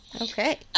Okay